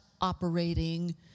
operating